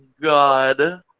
god